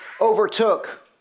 overtook